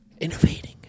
innovating